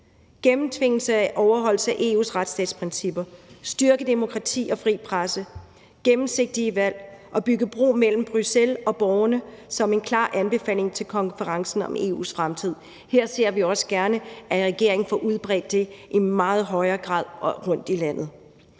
gennemtvingelse og overholdelse af EU's retsstatsprincipper, at styrke demokrati og fri presse, gennemsigtige valg og at bygge bro mellem Bruxelles og borgerne som en klar anbefaling til konferencen om EU's fremtid. Her ser vi også gerne, at regeringen får udbredt det i meget højere grad og rundtom i landet.